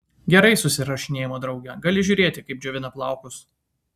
gerai susirašinėjimo drauge gali žiūrėti kaip džiovina plaukus